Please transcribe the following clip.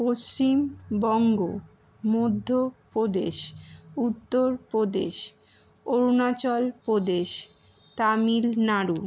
Paschimbanga Madhya Pradesh Uttar Pradesh Arunachal Pradesh Tamil Nadu